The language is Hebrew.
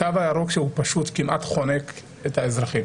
התו הירוק שהוא כמעט חונק את האזרחים,